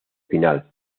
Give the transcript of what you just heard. final